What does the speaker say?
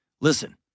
Listen